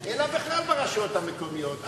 אלא בכלל ברשויות המקומיות.